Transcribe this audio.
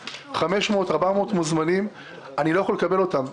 400 500 מוזמנים שאני לא יכול לקבל אותם.